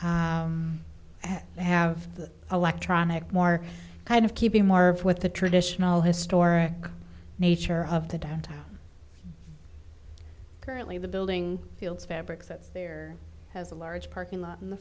to have the electronic more kind of keeping more of what the traditional historic nature of the downtown currently the building feels fabric that's there has a large parking lot in the